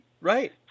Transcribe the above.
Right